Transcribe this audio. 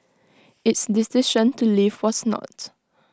its decision to leave was not